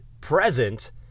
present